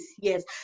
yes